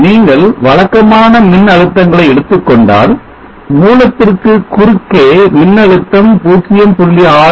நீங்கள் வழக்கமான மின் அழுத்தங்களை எடுத்துக் கொண்டால் மூலத்திற்கு குறுக்கே மின்னழுத்தம் 0